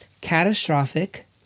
catastrophic